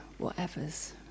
whatevers